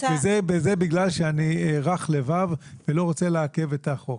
בגלל שאני רך לבב ולא רוצה לעכב את החוק.